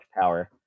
power